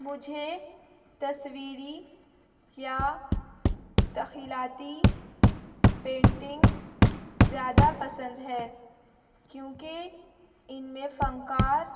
مجھے تصویری یا تخیلاتی پینٹنگس زیادہ پسند ہے کیونکہ ان میں فنکار